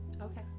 okay